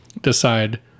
decide